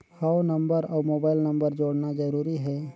हव नंबर अउ mobile number जोड़ना जरूरी हे?